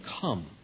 come